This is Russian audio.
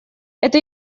это